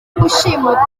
gushimuta